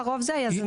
לרוב זה היזמים.